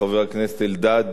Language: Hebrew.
חבר הכנסת אלדד,